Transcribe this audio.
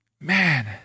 man